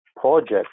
project